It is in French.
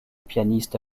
pianiste